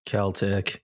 Celtic